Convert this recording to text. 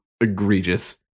egregious